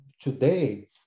today